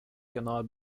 cannot